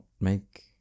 make